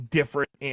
different